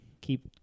keep